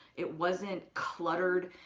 it wasn't cluttered.